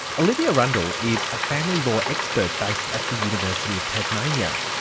olivia rundle is a family law expert based at the university of tasmania.